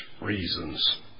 reasons